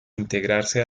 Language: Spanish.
integrarse